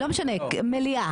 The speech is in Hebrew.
לא משנה מליאה,